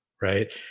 Right